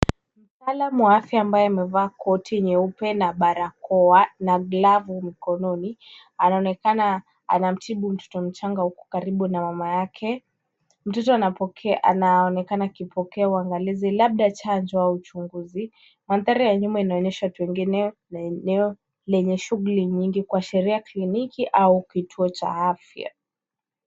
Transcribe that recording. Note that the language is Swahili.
Mtalamu wa afya ambaye amevaa koti nyeupe na barakoa na glavu mikononi, anaonekana anamtibu mtoto mchanga huku karibu na mama yake. Mtoto anapokea, anaonekana akipokea uangalizi labda chanjo au uchunguzi. Mandhari ya nyuma inaonyesha pengine maeneo lenye shughuli nyingi kuashiria kliniki au kituo cha afya.